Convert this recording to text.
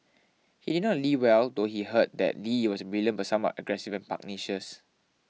he did not Lee well though he heard that Lee was brilliant but somewhat aggressive and pugnacious